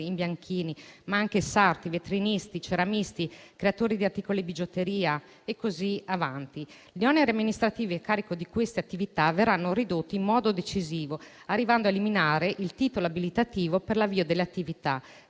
imbianchini, ma anche sarti, vetrinisti, ceramisti, creatori di articoli di bigiotteria e così avanti. Gli oneri amministrativi a carico di queste attività verranno ridotti in modo decisivo, arrivando a eliminare il titolo abilitativo per l'avvio delle attività